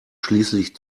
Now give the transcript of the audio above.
schließlich